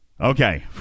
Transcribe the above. Okay